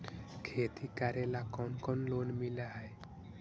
खेती करेला कौन कौन लोन मिल हइ?